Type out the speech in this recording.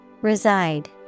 Reside